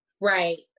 Right